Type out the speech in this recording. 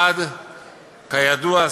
1. כידוע,